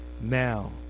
now